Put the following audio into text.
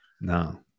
No